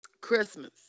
Christmas